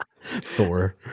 thor